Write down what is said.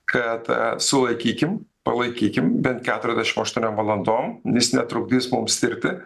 kad sulaikykim palaikykim bent keturiasdešim aštuoniom valandom jis netrukdys mums tirti